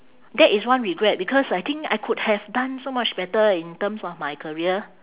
that is one regret because I think I could have done so much better in terms of my career